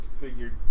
figured